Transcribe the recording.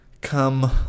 Come